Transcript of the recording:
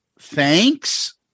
thanks